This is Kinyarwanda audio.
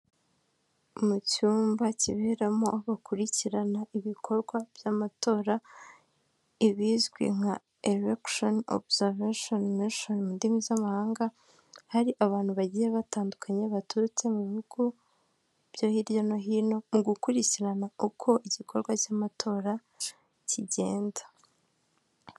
Mu cyumba kiberamo bakurikirana ibikorwa by'amatora ibizwi nka elegishoni obusaveshoni mishoni mu ndimi z'amahanga, hari abantu bagiye batandukanye baturutse mu bihugu byo hirya no hino mu gukurikirana uko igikorwa cy'amatora kigenda.